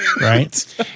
Right